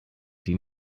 die